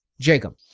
Jacob